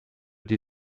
die